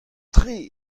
tre